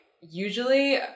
usually